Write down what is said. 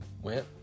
Went